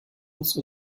uns